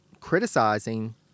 criticizing